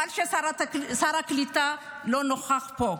חבל ששר הקליטה לא נוכח פה.